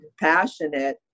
passionate